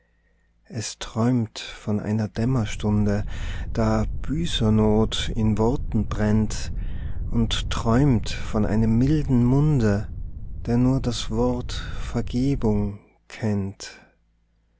es träumt von einer dämmerstunde da büßernot in worten brennt und träumt von einem milden munde der nur das wort vergebung kennt